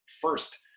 first